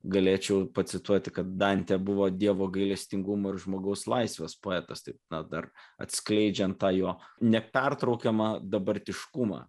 galėčiau pacituoti kad dantė buvo dievo gailestingumo ir žmogaus laisvės poetas taip na dar atskleidžiant tą jo nepertraukiamą dabartiškumą